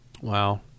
Wow